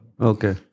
Okay